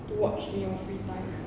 to watch in your free time